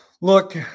Look